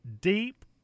deep